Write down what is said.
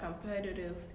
competitive